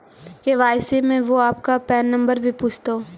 KYC में वो आपका पैन नंबर भी पूछतो